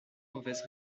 mauvaise